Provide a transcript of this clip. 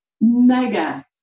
mega